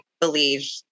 believe